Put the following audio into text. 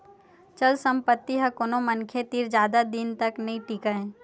चल संपत्ति ह कोनो मनखे तीर जादा दिन तक नइ टीकय